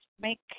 make